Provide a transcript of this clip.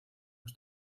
los